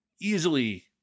easily